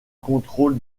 contrôle